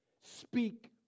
Speak